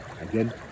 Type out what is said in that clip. Again